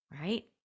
Right